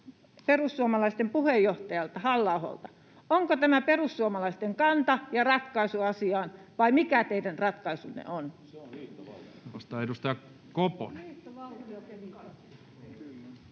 perussuomalaisten puheenjohtajalta, Halla-aholta: onko tämä perussuomalaisten kanta ja ratkaisu asiaan, vai mikä teidän ratkaisunne on?